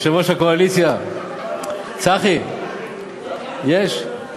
יושב-ראש הקואליציה, צחי, יש?